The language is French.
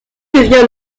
devient